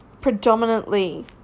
predominantly